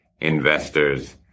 investors